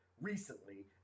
recently